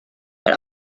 but